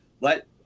Let